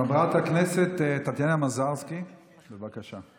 חברת הכנסת טטיאנה מזרסקי, בבקשה.